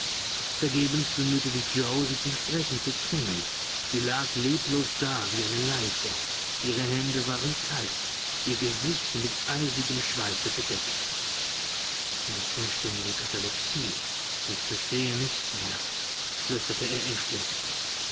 vergebens bemühte sich yoe sie zum sprechen zu zwingen sie lag leblos da wie eine leiche ihre hände waren kalt ihr gesicht mit eisigem schweiße bedeckt eine vollständige katalepsie ich verstehe nichts mehr flüsterte er ängstlich